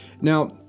Now